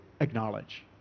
acknowledge